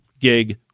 gig